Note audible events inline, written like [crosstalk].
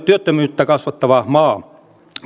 [unintelligible] työttömyyttä kasvattava maa